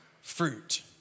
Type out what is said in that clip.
fruit